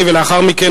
לאחר מכן,